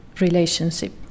relationship